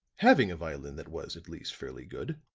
having a violin that was at least fairly good,